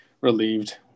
relieved